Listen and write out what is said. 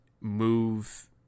move